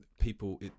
people